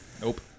Nope